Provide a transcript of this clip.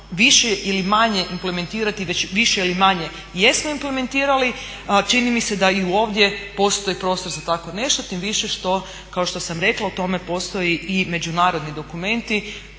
više ili manje implementirati, već više ili manje jesmo implementirali ali čini mi se da i ovdje postoji prostor za takvo nešto tim više što kao što sam rekla o tome postoji i međunarodni dokumenti